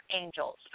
angels